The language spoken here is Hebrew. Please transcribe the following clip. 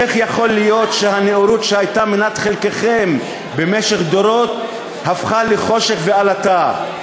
איך יכול להיות שהנאורות שהייתה מנת חלקכם במשך דורות הפכה לחושך ועלטה?